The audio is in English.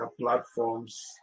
platforms